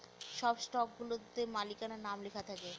সব স্টকগুলাতে মালিকানার নাম লেখা থাকে